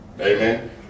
amen